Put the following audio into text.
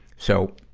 so,